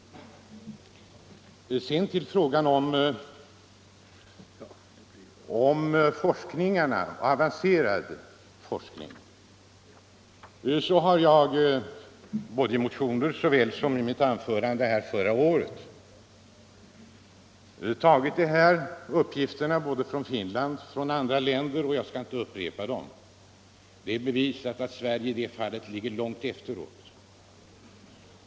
Både i motioner och i ett anförande här förra året har jag beträffande frågan om avancerad forskning återgivit uppgifter från både Finland och andra länder, och jag skall inte upprepa dem. Det är bevisat att Sverige i det fallet ligger långt efter.